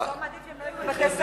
אתה לא מעדיף שהם יהיו בבתי-ספר?